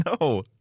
No